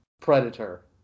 predator